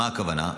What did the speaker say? למה הכוונה?